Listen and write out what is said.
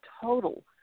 total